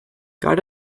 got